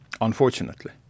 unfortunately